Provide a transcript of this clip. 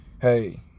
hey